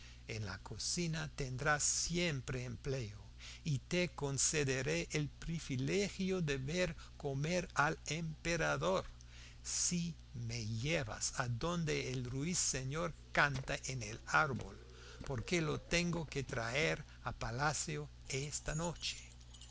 en la cocina tendrás siempre empleo y te concederé el privilegio de ver comer al emperador si me llevas adonde el ruiseñor canta en el árbol porque lo tengo que traer a palacio esta noche y